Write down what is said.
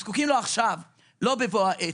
הן זקוקות לו עכשיו, לא בבוא העת.